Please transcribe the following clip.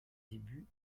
débuts